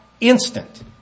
instant